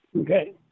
Okay